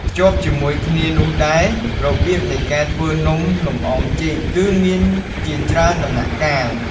ភ្ជាប់ជាមួយគ្នានោះដែរ របៀបនៃការធ្វើនំលម្អងចេកគឺមានជាច្រើនដំណាក់កាល។